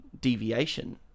deviation